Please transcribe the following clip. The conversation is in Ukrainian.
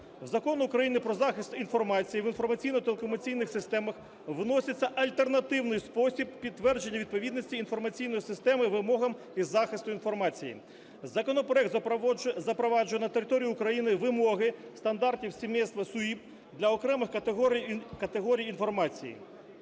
В Законі України "Про захист інформації в інформаційно-телекомунікаційних системах" вноситься альтернативний спосіб підтвердження відповідності інформаційної системи вимогам із захисту інформації. Законопроект запроваджує на території України вимоги стандартів сімейства СУІБ для окремих категорій інформації.